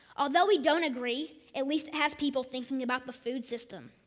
although we don't agree, at least it has people thinking about the food system.